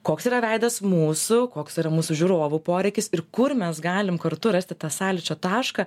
koks yra veidas mūsų koks yra mūsų žiūrovų poreikis ir kur mes galim kartu rasti tą sąlyčio tašką